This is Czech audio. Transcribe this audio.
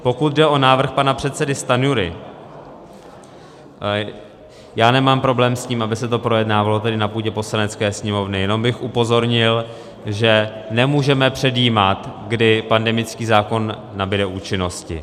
Pokud jde o návrh pana předsedy Stanjury, já nemám problém s tím, aby se to projednávalo tady na půdě Poslanecké sněmovny, jenom bych upozornil, že nemůžeme předjímat, kdy pandemický zákon nabude účinnosti.